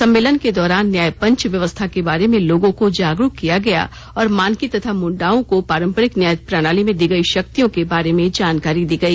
सम्मेलन के दौरान न्यायपंच व्यवस्था के बारे में लोगों को जागरूक किया गया और मानकी तथा मुंडाओं को पारंपरिक न्याय प्रणाली में दी गई शक्तियों के बारे में जानकारी दी गई